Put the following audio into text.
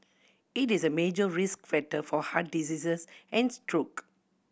it is a major risk factor for heart diseases and stroke